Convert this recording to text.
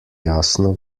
jasno